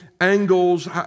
angles